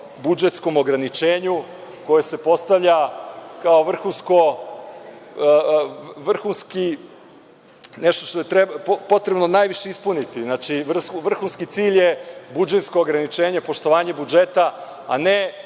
budžetskom ograničenju koje se postavlja kao nešto što je potrebno ispuniti, vrhunski cilj je budžetsko ograničenje, poštovanje budžeta, a ne